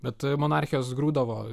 bet monarchijos griūdavo